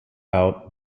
out